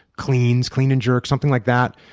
cleans, clean and jerks, something like that